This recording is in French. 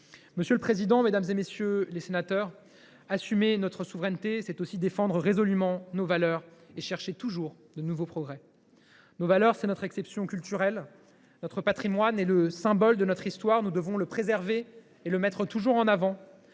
Monsieur le président, mesdames, messieurs les sénateurs, assumer notre souveraineté, c’est aussi défendre résolument nos valeurs et chercher, toujours, de nouveaux progrès. Nos valeurs, c’est notre exception culturelle. C’est aussi notre patrimoine, symbole de notre histoire ; nous devons le préserver et le mettre toujours en avant.